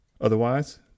Otherwise